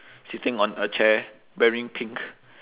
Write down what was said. sitting on a chair wearing pink